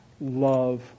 love